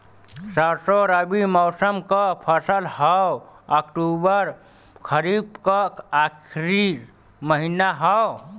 सरसो रबी मौसम क फसल हव अक्टूबर खरीफ क आखिर महीना हव